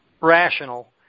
rational